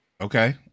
okay